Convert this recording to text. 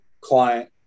client